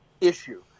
issue